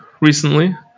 Recently